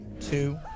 two